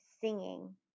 singing